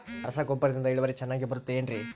ರಸಗೊಬ್ಬರದಿಂದ ಇಳುವರಿ ಚೆನ್ನಾಗಿ ಬರುತ್ತೆ ಏನ್ರಿ?